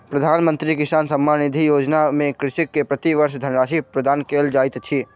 प्रधानमंत्री किसान सम्मान निधि योजना में कृषक के प्रति वर्ष धनराशि प्रदान कयल जाइत अछि